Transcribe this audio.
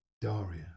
Daria